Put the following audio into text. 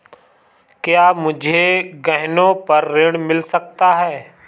क्या मुझे गहनों पर ऋण मिल सकता है?